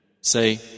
Say